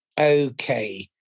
Okay